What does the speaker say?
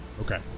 Okay